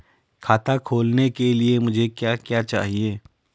खाता खोलने के लिए मुझे क्या क्या चाहिए?